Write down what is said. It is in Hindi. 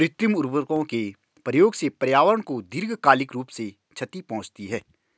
कृत्रिम उर्वरकों के प्रयोग से पर्यावरण को दीर्घकालिक रूप से क्षति पहुंचती है